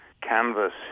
canvas